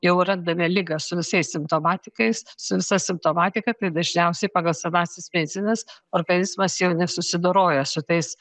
jau randame ligą su visais simptomatikais su visa simptomatika tai dažniausiai pagal senąsias medicinas organizmas jau nesusidoroja su tais